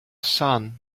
sun